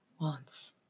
wants